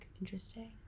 Interesting